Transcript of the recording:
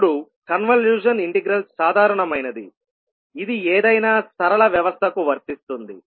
ఇప్పుడు convolution integral సాధారణమైనది ఇది ఏదైనా సరళ వ్యవస్థకు వర్తిస్తుంది